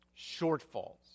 shortfalls